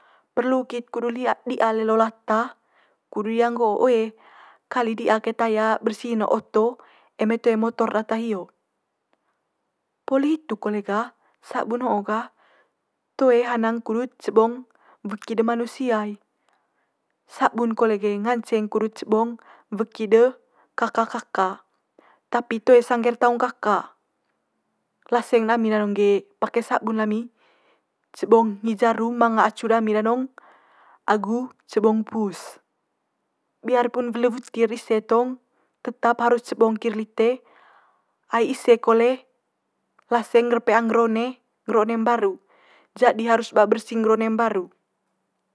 Perlu kid kudu di'a lelo lata kudu di'a nggo oe kali di'a keta bersi'n oto eme toe motor data hio. Poli hitu kole gah sabun ho'o gah toe hanang kudut cebong weki de manusia i, sabun kole ge nganceng kudut cebong weki de kaka kaka, tapi toe sangge'r taung kaka. Laseng dami danong ge pake sabun lami cebong hi jarum manga acu dami danong agu cebong pus, biarpun welewutir ise tong tetap harus cebong ki'r lite ai ise kole laseng ngger peang ngger one ngger one mbaru, jadi harus ba bersi ngger one mbaru.